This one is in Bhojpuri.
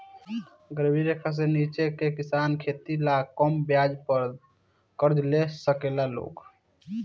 गरीबी रेखा से नीचे के किसान खेती ला कम ब्याज दर पर कर्जा ले साकेला लोग